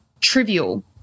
trivial